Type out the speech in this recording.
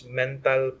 mental